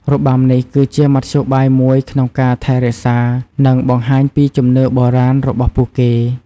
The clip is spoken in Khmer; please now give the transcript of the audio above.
របាំនេះគឺជាមធ្យោបាយមួយក្នុងការថែរក្សា និងបង្ហាញពីជំនឿបុរាណរបស់ពួកគេ។